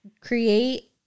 create